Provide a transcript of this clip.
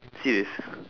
serious